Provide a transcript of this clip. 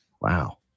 Wow